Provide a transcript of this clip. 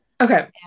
Okay